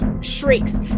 shrieks